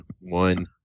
One